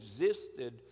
existed